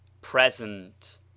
Present